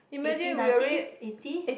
eighty ninety eighty